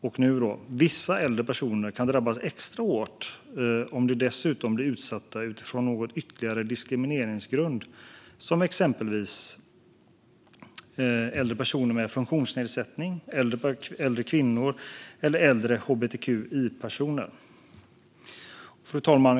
Vidare: "Vissa äldre personer kan drabbas extra hårt om de dessutom blir utsatta utifrån någon ytterligare diskrimineringsgrund, som exempelvis äldre personer med funktionsnedsättning, äldre kvinnor eller äldre hbtqi-personer." Fru talman!